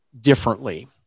differently